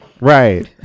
Right